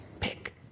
pick